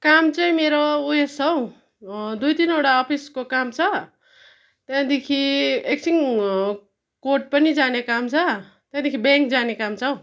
काम चाहिँ मेरो उएस हौ दुई तिनबवटा अफिसको काम छ त्यहाँदेखि एकछिन कोर्ट पनि जाने काम छ त्यहाँदेखि ब्याङ्क जाने काम छ हौ